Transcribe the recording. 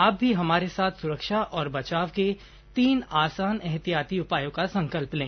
आप भी हमारे साथ सुरक्षा और बचाव के तीन आसान एहतियाती उपायों का संकल्प लें